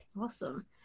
Awesome